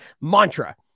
mantra